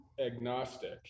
agnostic